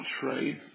trade